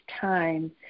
time